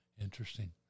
Interesting